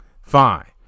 Fine